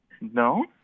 No